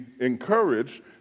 encouraged